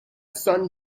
son